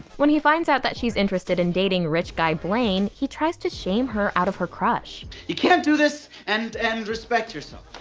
when he finds out that she's interested in dating rich guy blane he tries to shame her out of her crush. you can't do this and, and-and and respect yourself.